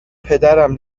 پدرم